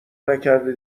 نکرده